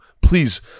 please